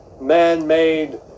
man-made